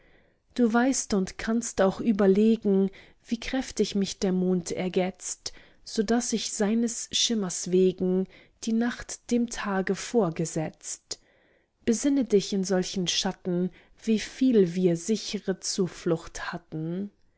du weißt und kannst auch überlegen wie kräftig mich der mond ergetzt so daß ich seines schimmers wegen die nacht dem tage vorgesetzt besinne dich in solchen schatten wie viel wir sichre zuflucht hatten